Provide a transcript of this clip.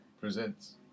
Presents